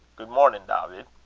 good mornin', dawvid.